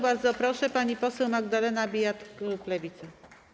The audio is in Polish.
Bardzo proszę, pani poseł Magdalena Biejat, klub Lewica.